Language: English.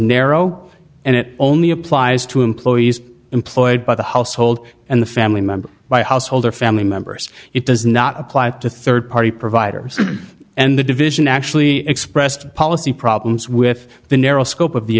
narrow and it only applies to employees employed by the household and the family members by household or family members it does not apply to rd party providers and the division actually expressed policy problems with the narrow scope of the